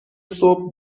صبح